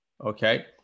Okay